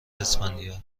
اسفندیار